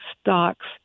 stocks